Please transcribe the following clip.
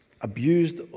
abused